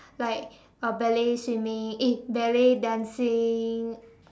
like uh ballet swimming eh ballet dancing